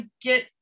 get